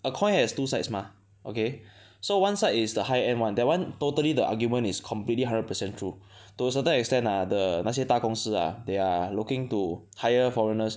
a coin has two sides mah okay so one side is the high end one that one totally the argument is completely hundred percent true to a certain extent ah the 那些大公司 ah they are looking to hire foreigners